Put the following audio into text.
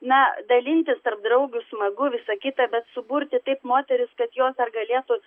na dalintis tarp draugių smagu visa kita bet suburti taip moteris kad jos dar galėtų